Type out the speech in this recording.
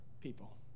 people